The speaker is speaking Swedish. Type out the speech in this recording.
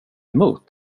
emot